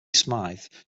smythe